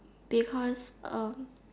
because um